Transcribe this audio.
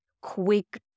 quick